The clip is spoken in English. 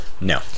No